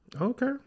okay